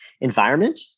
environment